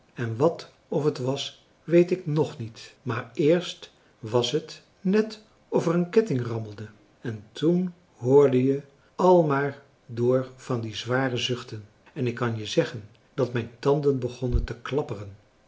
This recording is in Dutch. en wat of het was weet ik ng niet maar eerst was het net of er een ketting rammelde en toen hoorde je al maar door van die zware zuchten en ik kan je zeggen dat mijn tanden begonnen te klapperen